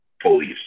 police